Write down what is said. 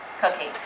cooking